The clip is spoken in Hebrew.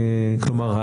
כלומר,